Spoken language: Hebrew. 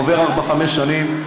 עוברות ארבע-חמש שנים,